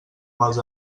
mals